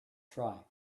try